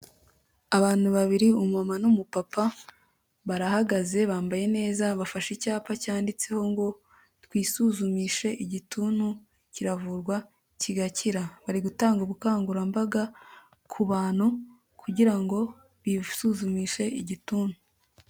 Abantu babiri umumama n'umupapa, barahagaze bambaye neza, bafashe icyapa cyanditseho ngo:"Twisuzumishe igituntu kiravurwa kigakira". Bari gutanga ubukangurambaga ku bantu, kugira ngo bisuzumishe igituntu.